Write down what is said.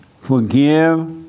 forgive